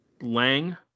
Lang